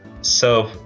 serve